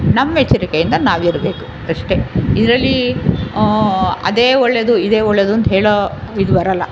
ನಮ್ಮೆಚ್ಚರಿಕೆಯಿಂದ ನಾವು ಇರಬೇಕು ಅಷ್ಟೆ ಇದರಲ್ಲಿ ಅದೇ ಒಳ್ಳೆದು ಇದೇ ಒಳ್ಳೆದು ಅಂತ ಹೇಳೋ ಇದು ಬರಲ್ಲ